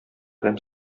һәм